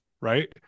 right